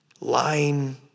lying